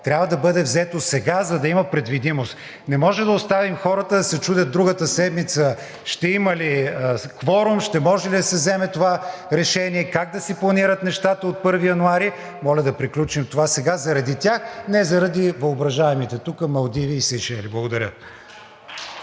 трябва да бъде взето сега, за да има предвидимост. Не може да оставим хората да се чудят: другата седмица ще има ли кворум, ще може ли да се вземе това решение, как да си планират нещата от 1 януари. Моля да приключим това сега заради тях, не заради въображаемите тук Малдиви и Сейшели. Благодаря